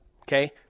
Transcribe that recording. Okay